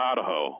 Idaho